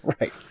right